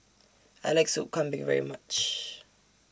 I like Soup Kambing very much